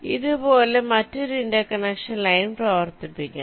ഇതുപോലുള്ള മറ്റൊരു interconnection line പ്രവർത്തിപ്പിക്കണം